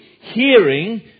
hearing